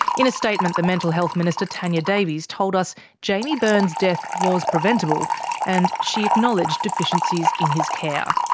in a statement the mental health minister tanya davies told us jaimie byrne's death was preventable and she acknowledged deficiencies in his care.